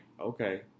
okay